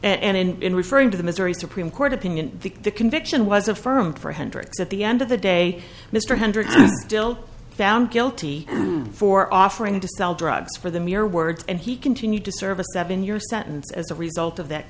an end in referring to the missouri supreme court opinion the conviction was a firm for hendrix at the end of the day mr hendricks found guilty for offering to sell drugs for the mere words and he continued to serve a seven year sentence as a result of that